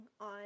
on